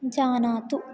जानातु